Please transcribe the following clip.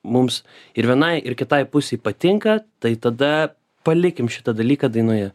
mums ir vienai ir kitai pusei patinka tai tada palikim šitą dalyką dainoje